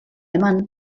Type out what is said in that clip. eman